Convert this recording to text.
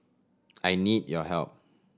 I need your help